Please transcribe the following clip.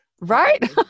Right